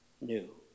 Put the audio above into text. new